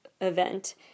event